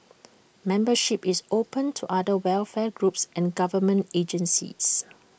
membership is open to other welfare groups and government agencies